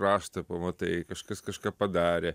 raštą pamatai kažkas kažką padarė